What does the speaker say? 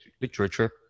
literature